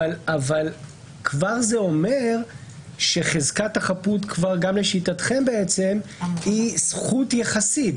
אבל זה כבר אומר שחזקת החפות גם לשיטתכם היא זכות יחסית.